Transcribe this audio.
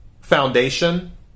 foundation